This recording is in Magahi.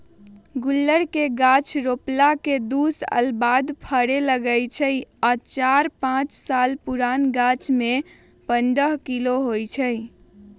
गुल्लर के गाछ रोपला के दू साल बाद फरे लगैए छइ आ चार पाच साल पुरान गाछमें पंडह किलो होइ छइ